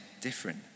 different